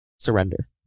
Surrender